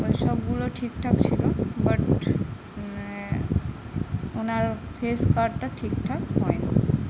ওইসবগুলো ঠিকঠাক ছিলো বাট ওনার ফেস কাটটা ঠিকঠাক হয় নি